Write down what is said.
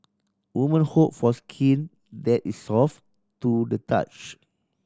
woman hope for skin that is soft to the touch